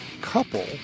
couple